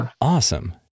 awesome